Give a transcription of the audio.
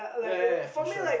yeah yeah yeah yeah for sure